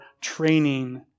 training